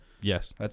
Yes